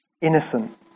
Innocent